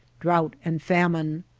drouth, and famine.